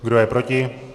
Kdo je proti?